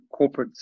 corporates